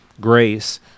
grace